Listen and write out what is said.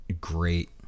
great